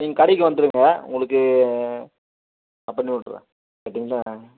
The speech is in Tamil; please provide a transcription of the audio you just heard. நீங்கள் கடைக்கு வந்துடுங்க உங்களுக்கு நான் பண்ணி விட்டுறேன் ரைட்டுங்களா